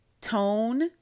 Tone